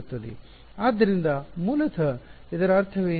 ಆದ್ದರಿಂದ ಮೂಲತಃ ಇದರ ಅರ್ಥವೇನು